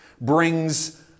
brings